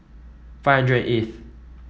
five hundred eighth